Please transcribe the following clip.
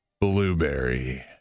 blueberry